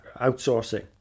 outsourcing